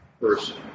person